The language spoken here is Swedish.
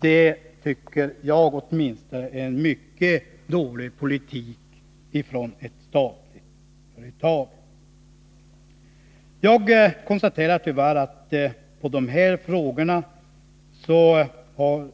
Det tycker åtminstone jag är mycket dålig politik från ett Nr 21 statligt företag. Måndagen den Jag konstaterar tyvärr att beträffande dessa frågor har